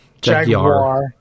Jaguar